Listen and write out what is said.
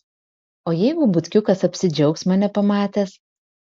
o jeigu butkiukas apsidžiaugs mane pamatęs